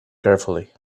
carefully